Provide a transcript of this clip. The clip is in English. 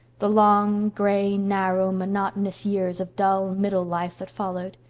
the long, gray, narrow, monotonous years of dull middle life that followed.